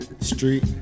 street